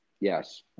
Yes